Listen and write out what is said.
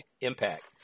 impact